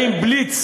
האם בליץ